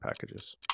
packages